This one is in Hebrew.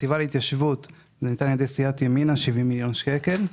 לחטיבה להתיישבות ניתן על ידי סיעת ימינה 70 מיליון שקל,